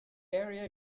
area